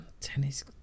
Tennis